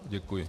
Děkuji.